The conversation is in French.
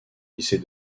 lycée